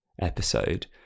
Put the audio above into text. episode